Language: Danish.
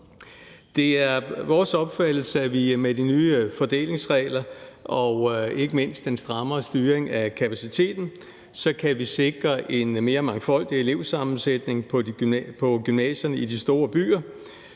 Det er vores opfattelse, at vi med de nye fordelingsregler og ikke mindst den strammere styring af kapaciteten kan sikre en mere mangfoldig elevsammensætning på gymnasierne i de store byer.